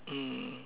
mm